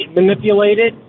manipulated